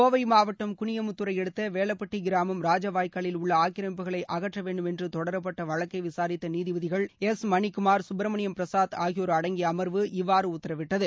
கோவை மாவட்டம் குளியமுத்தூரை அடுத்த வேலப்பட்டி கிராமம் ராஜவாய்க்காலில் உள்ள ஆக்கிரமிப்புகளை அகற்ற வேண்டும் என்று தொடரப்பட்ட வழக்கை விசாரித்த நீதிபதிகள் எஸ் மணிக்குமார் சுப்பிரமணியம் பிரசாத் ஆகியோர் அடங்கிய அமர்வு இவ்வாறு உத்தரவிட்டது